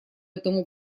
этому